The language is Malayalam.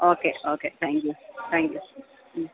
okay okay thank you thank you mm